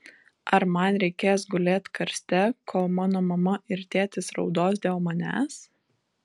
ar man reikės gulėt karste kol mano mama ir tėtis raudos dėl manęs